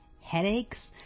headaches